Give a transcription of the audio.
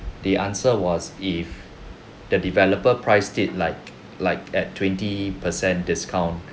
the answer was if the developer price did like like at twenty percent discount